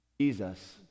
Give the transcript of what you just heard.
jesus